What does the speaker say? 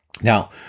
Now